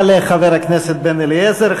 תודה לחבר הכנסת בן-אליעזר.